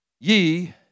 ye